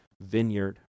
vineyard